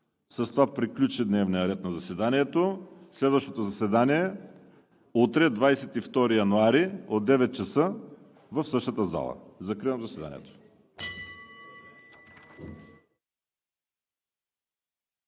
С това приключи дневният ред на заседанието. Следващото заседание е утре, 22 януари 2021 г., от 9,00 ч. Закривам заседанието.